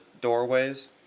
doorways